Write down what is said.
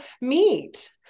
meet